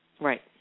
Right